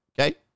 okay